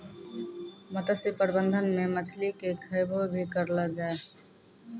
मत्स्य प्रबंधन मे मछली के खैबो भी करलो जाय